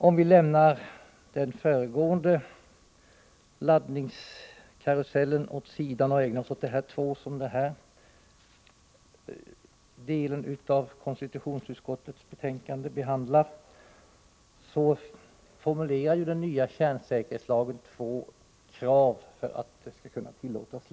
Om vi lämnar den föregående laddningskarusellen därhän och ägnar oss åt de två laddningar som detta avsnitt av konstitutionsutskottets betänkande behandlar, kan vi konstatera att kärnsäkerhetslagen formulerar två krav för att laddning av reaktorer skall kunna tillåtas.